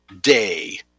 day